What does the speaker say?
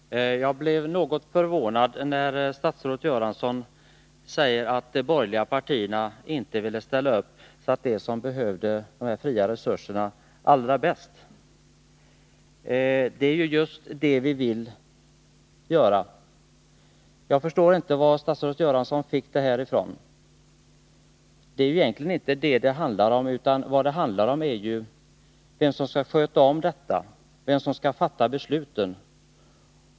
Herr talman! Jag blev något förvånad när statsrådet Göransson sade att de borgerliga partierna inte vill ställa upp för dem som behöver de fria resurserna allra bäst. Det är ju just det vi vill göra, och jag förstår inte vad statsrådet Göransson bygger sin uppfattning på. Egentligen handlar det om vem som skall sköta det här, vem som skall fatta besluten.